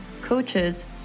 coaches